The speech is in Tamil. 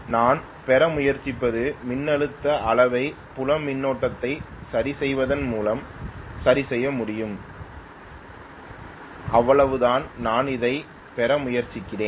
நான் பெற முயற்சிப்பது மின்னழுத்த அளவை புலம் மின்னோட்டத்தை சரிசெய்வதன் மூலம் சரிசெய்ய முடியும் அவ்வளவுதான் நான் அதைப் பெற முயற்சிக்கிறேன்